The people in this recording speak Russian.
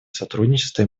сотрудничество